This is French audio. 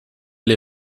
les